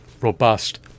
robust